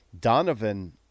Donovan